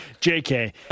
JK